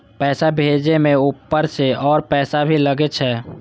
पैसा भेजे में ऊपर से और पैसा भी लगे छै?